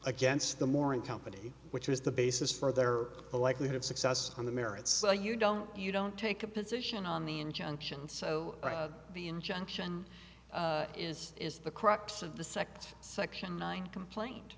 against them or in company which is the basis for their likelihood of success on the merits you don't you don't take a position on the injunction so the injunction is is the crux of the sect section nine complaint